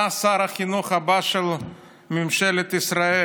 אתה שר החינוך הבא של ממשלת ישראל.